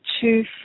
two